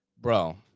Bro